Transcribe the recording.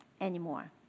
anymore